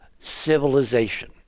civilization